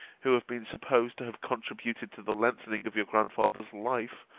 who have been supposed to have contributed to the lengthening of your grandfather's life,